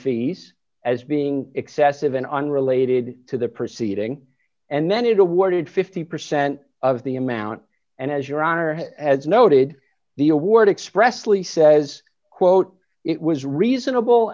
fees as being excessive and unrelated to the proceeding and then it awarded fifty percent of the amount and as your honor as noted the award expressly says d quote it was reasonable